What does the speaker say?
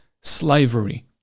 slavery